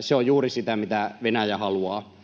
se on juuri sitä, mitä Venäjä haluaa.